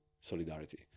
solidarity